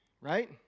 Right